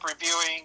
reviewing